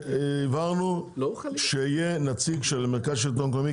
הבהרנו שיהיה נציג של מרכז שלטון מקומי